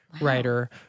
writer